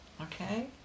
Okay